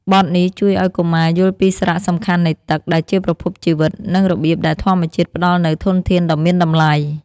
បទនេះជួយឲ្យកុមារយល់ពីសារៈសំខាន់នៃទឹក ដែលជាប្រភពជីវិត និងរបៀបដែលធម្មជាតិផ្តល់នូវធនធានដ៏មានតម្លៃ។